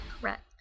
Correct